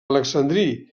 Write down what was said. alexandrí